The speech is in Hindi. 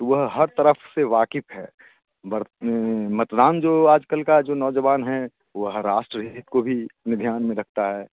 तो वह हर तरफ़ से वाक़िफ़ है बर्त मतदान जो आजकल का जो नौजवान है वह राष्ट्रहित को भी में ध्यान में रखता है